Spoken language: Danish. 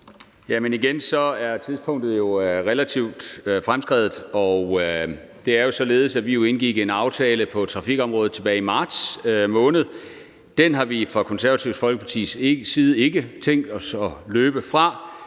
tak. Igen er tidspunktet jo relativt fremskredet. Det er jo således, at vi indgik en aftale på trafikområdet tilbage i marts måned. Den har vi fra Det Konservative Folkepartis side ikke tænkt os at løbe fra.